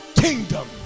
kingdom